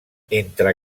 entre